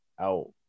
out